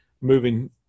moving